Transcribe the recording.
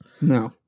no